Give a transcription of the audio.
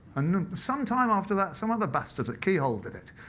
and some time after that, some other bastard keyholded it.